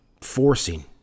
forcing